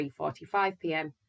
3.45pm